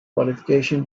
qualification